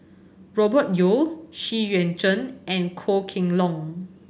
Robert Yeo Xu Yuan Zhen and Goh Kheng Long